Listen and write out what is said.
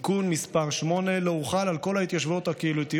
תיקון מס' 8 לא הוחל על כל ההתיישבויות הקהילתיות